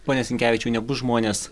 pone sinkevičiau nebus žmonės